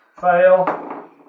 Fail